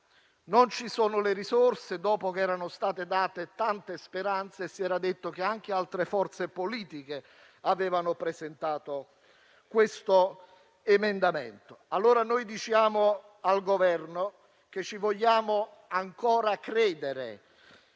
Non ci sono le risorse, dopo che erano state date tante speranze e si era detto che anche altre forze politiche avevano presentato lo stesso emendamento. Noi diciamo al Governo che ci vogliamo ancora credere.